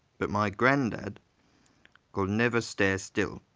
but my grandad could never stay still.